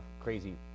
crazy